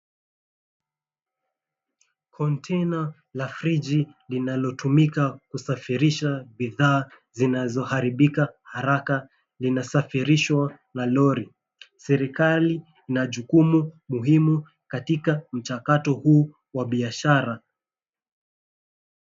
Container la friji linalotumika kusafirisha bidhaa zinazoharibika haraka linasafirishwa na lori. Serikali ina jukumu muhimu katika mchakato huu wa biashara.